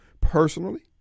personally